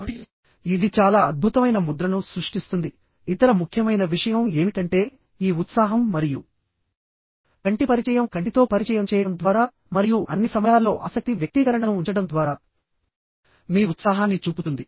కాబట్టి ఇది చాలా అద్భుతమైన ముద్రను సృష్టిస్తుంది ఇతర ముఖ్యమైన విషయం ఏమిటంటే ఈ ఉత్సాహం మరియు కంటి పరిచయం కంటితో పరిచయం చేయడం ద్వారా మరియు అన్ని సమయాల్లో ఆసక్తి వ్యక్తీకరణను ఉంచడం ద్వారా మీ ఉత్సాహాన్ని చూపుతుంది